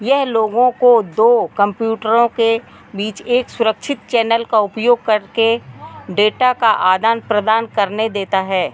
यह लोगों को दो कंप्यूटरों के बीच एक सुरक्षित चैनल का उपयोग करके डेटा का आदान प्रदान करने देता है